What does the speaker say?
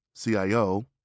CIO